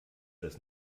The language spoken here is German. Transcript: das